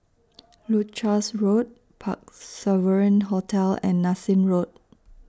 Leuchars Road Parc Sovereign Hotel and Nassim Road